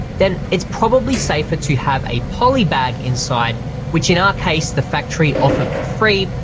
then it's probably safer to have a poly bag inside which in our case, the factory offered for free,